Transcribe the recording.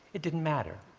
it didn't matter.